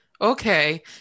okay